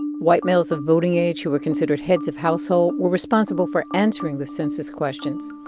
white males of voting age who were considered heads of household were responsible for answering the census questions.